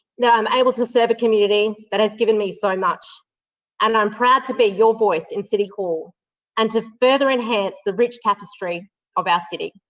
now i'm able to serve a community that has given me so much and i'm proud to be your voice in city hall and to further enhance the rich tapestry of our city.